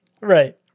Right